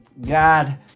God